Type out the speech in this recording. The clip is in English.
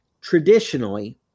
traditionally